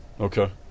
Okay